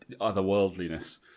otherworldliness